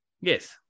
yes